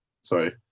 sorry